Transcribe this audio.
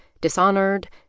dishonored